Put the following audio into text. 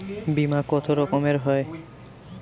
বিমা কত রকমের হয়?